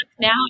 now